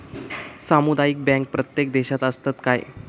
सामुदायिक बँक प्रत्येक देशात असतत काय?